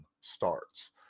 starts